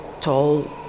tall